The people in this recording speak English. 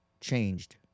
changed